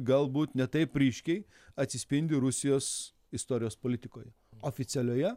galbūt ne taip ryškiai atsispindi rusijos istorijos politikoje oficialioje